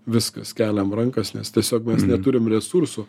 viskas keliam rankas nes tiesiog mes neturim resursų